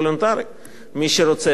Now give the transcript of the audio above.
מי שרוצה, מזמין, מי שלא, לא,